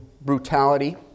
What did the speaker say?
brutality